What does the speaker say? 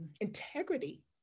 integrity